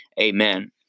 Amen